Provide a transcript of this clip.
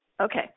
okay